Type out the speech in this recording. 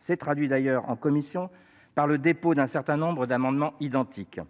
s'est traduit en commission par le dépôt d'un certain nombre d'amendements identiques